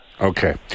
Okay